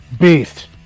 Beast